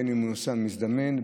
בין אם נוסע מזדמן,